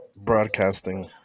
Broadcasting